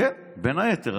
כן, בין היתר.